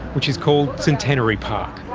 which is called centenary park.